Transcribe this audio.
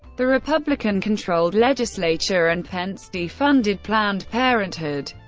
the republican-controlled legislature and pence defunded planned parenthood.